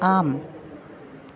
आम्